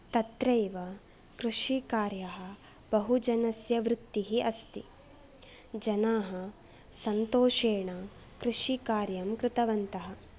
तत्रैव कृषिकार्यः बहुजनस्य वृत्तिः अस्ति जनाः सन्तोषेण कृषिकार्यं कृतवन्तः